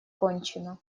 кончено